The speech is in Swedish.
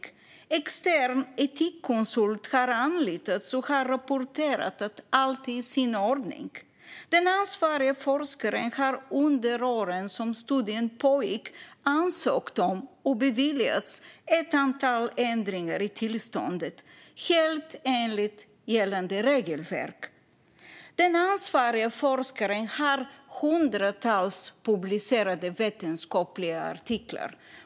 En extern etikkonsult har anlitats och har rapporterat att allt är i sin ordning. Den ansvariga forskaren har under åren som studien pågick ansökt om och beviljats ett antal ändringar i tillståndet, helt enligt gällande regelverk. Den ansvariga forskaren har hundratals publicerade vetenskapliga artiklar.